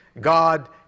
God